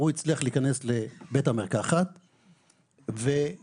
הוא הצליח להיכנס לבית המרקחת והתלהם.